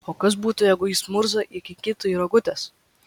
o kas būtų jeigu jis murzą įkinkytų į rogutes